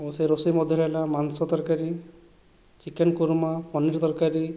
ସେ ରୋଷେଇ ମଧ୍ୟରେ ହେଲା ମାଂସ ତରକାରୀ ଚିକେନ କୁରୁମା ପନିର ତରକାରୀ